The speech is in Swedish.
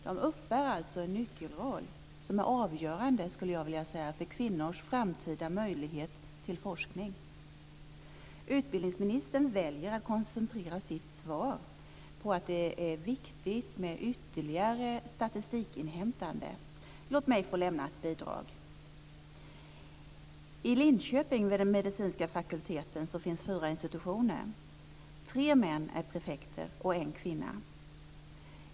De uppbär alltså en nyckelroll som är avgörande, skulle jag vilja säga, för kvinnors framtida möjlighet till forskning. Utbildningsministern väljer att koncentrera sitt svar på att det är viktigt med ytterligare statistikinhämtande. Låt mig få lämna ett bidrag: I Linköping finns det fyra institutioner vid den medicinska fakulteten. Tre män är prefekter och en kvinna.